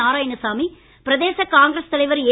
நாராயணசாமி பிரதேச காங்கிரஸ் தலைவர் ஏ